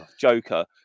joker